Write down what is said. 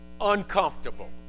uncomfortable